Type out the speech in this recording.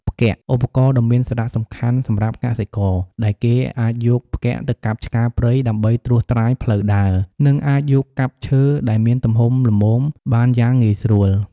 ផ្គាក់ ឧបករណ៍ដ៏មានសារៈសំខាន់សម្រាប់កសិករ ដែលគេអាចយកផ្គាក់ទៅកាប់ឆ្ការព្រៃដើម្បីត្រួយត្រាយផ្លូវដើរ និងអាចយកកាប់ឈើដែលមានទំហំល្មមបានយ៉ាងងាយស្រួល។